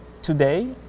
Today